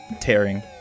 tearing